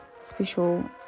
special